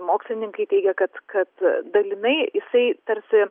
mokslininkai teigia kad kad dalinai jisai tarsi